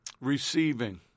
Receiving